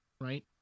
right